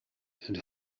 and